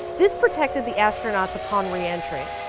this protected the astronauts upon re-entry.